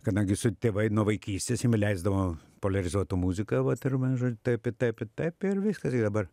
kadangi su tėvai nuo vaikystės jiem leisdavo poliarizuotų muziką vat ir vienu žo taip ir taip ir taip ir viskas ir dabar